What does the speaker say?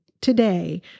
today